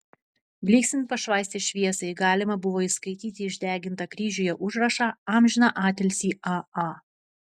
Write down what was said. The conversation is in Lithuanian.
blyksint pašvaistės šviesai galima buvo įskaityti išdegintą kryžiuje užrašą amžiną atilsį a a